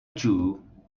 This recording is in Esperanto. ĝuu